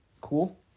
cool